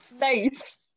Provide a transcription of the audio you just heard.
Nice